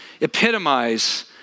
epitomize